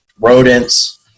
rodents